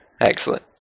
Excellent